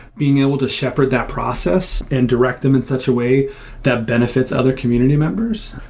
being able to shepherd that process and direct them in such a way that benefits other community members.